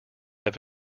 have